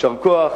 יישר כוח,